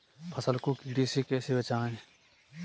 फसल को कीड़े से कैसे बचाएँ?